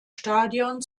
stadion